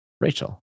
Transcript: Rachel